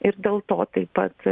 ir dėl to taip pat